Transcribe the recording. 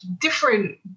different